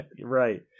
Right